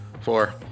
Four